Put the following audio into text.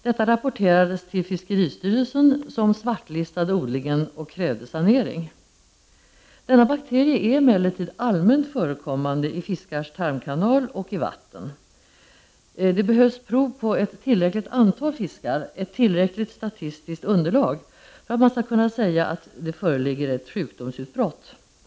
Detta rapporterades till fiskeristyrelsen, som svartlistade odlingen och krävde sanering. Denna bakterie är emellertid allmänt förekommande i fiskars tarmkanal och i vatten. Det behövs prov på ett tillräckligt antal fiskar — ett tillräckligt statistiskt underlag — för att man skall kunna säga att det föreligger ett sjukdomsutbrott.